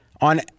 on